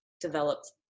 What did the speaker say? developed